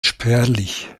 spärlich